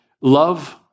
love